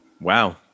wow